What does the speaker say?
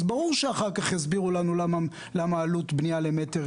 אז ברור שאחר כך יסבירו לנו למה עלות הבנייה למטר